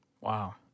Wow